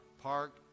park